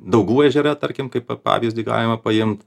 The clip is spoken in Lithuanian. daugų ežere tarkim kaip pa pavyzdį galima paimt